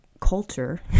culture